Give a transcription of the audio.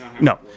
No